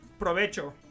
Provecho